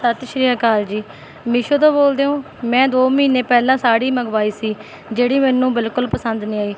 ਸਤਿ ਸ਼੍ਰੀ ਅਕਾਲ ਜੀ ਮੀਸ਼ੋ ਤੋਂ ਬੋਲਦੇ ਹੋ ਮੈਂ ਦੋ ਮਹੀਨੇ ਪਹਿਲਾਂ ਸਾੜੀ ਮੰਗਵਾਈ ਸੀ ਜਿਹੜੀ ਮੈਨੂੰ ਬਿਲਕੁਲ ਪਸੰਦ ਨਹੀਂ ਆਈ